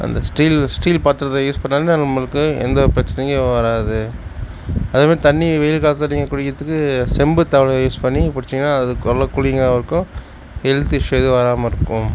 அந்த steel steel பாத்தரத்தை use பண்ணால் நம்மளுக்கு எந்த பிரச்சனையும் வராது அது மாதிரி தண்ணி வெயில் காலத்தில் நீங்கள் குடிக்கிறதுக்கு செம்பு தவலை யூஸ் பண்ணி குடிச்சிங்கனா அது நல்ல கூலிங்காக இருக்கும் ஹெல்த் இஷ்யூ எதுவும் வராமல் இருக்கும்